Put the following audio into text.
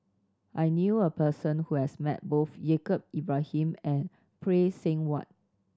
I knew a person who has met both Yaacob Ibrahim and Phay Seng Whatt